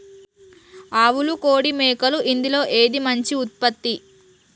ఆవులు కోడి మేకలు ఇందులో ఏది మంచి ఉత్పత్తి?